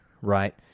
right